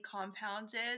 compounded